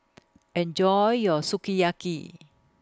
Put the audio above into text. Enjoy your Sukiyaki